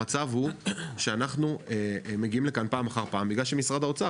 המצב הוא שאנחנו מגיעים לכאן פעם אחר פעם בגלל שמשרד האוצר,